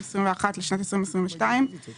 2021 לשנת התקציב 2022 בסך של מיליון 777 אלפי ₪.